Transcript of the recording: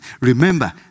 Remember